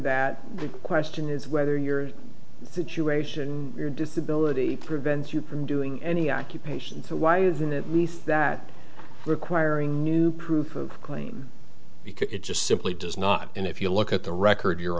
that the question is whether your situation your disability prevents you from doing any occupation why isn't it we thought that requiring new proof of claim because it just simply does not and if you look at the record your